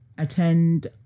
attend